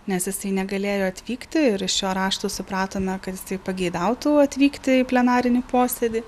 nes jisai negalėjo atvykti ir iš šio rašto supratome kad jisai pageidautų atvykti į plenarinį posėdį